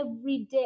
everyday